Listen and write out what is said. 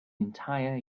entire